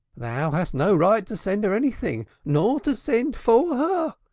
thou hadst no right to send her anything, nor to send for her.